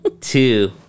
two